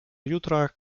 jutra